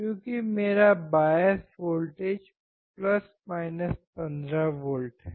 क्योंकि मेरा bias voltage 15 V है